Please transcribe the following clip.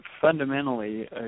fundamentally